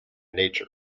nature